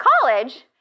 college